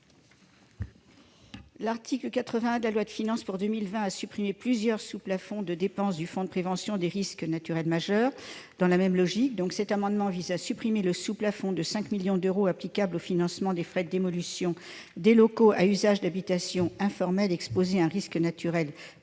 L'article 81 de la loi de finances pour 2020 a supprimé plusieurs sous-plafonds de dépenses du fonds de prévention des risques naturels majeurs. Dans la même logique, cet amendement vise à supprimer le sous-plafond de 5 millions d'euros applicable au financement des frais de démolition des locaux à usage d'habitation informels, exposés à un risque naturel